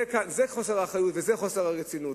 זה חוסר האחריות וזה חוסר הרצינות.